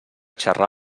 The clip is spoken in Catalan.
xarrar